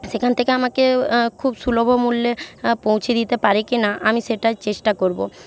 সেখান থেকে আমাকে খুব সুলভ মূল্যে পৌঁছে দিতে পারে কিনা আমি সেটাই চেষ্টা করব